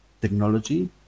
technology